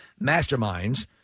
Masterminds